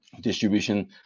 distribution